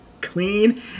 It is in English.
clean